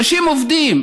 אנשים עובדים,